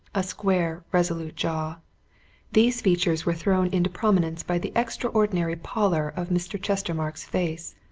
a square, resolute jaw these features were thrown into prominence by the extraordinary pallor of mr. chestermarke's face,